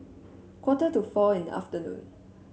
quarter to four in the afternoon